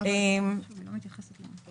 הם לא יחסים שוויוניים, אבל בצורה קצת הפוכה.